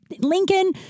Lincoln